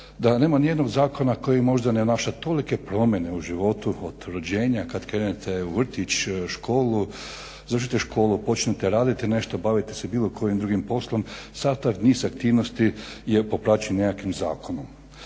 da nema nijednog zakona koji možda ne unaša tolike promjene u životu od rođenja kad krenete u vrtić, školu, završite školu, počnete raditi nešto, baviti se bilo kojim drugim poslom sav taj niz aktivnosti je popraćen nekakvim zakonom.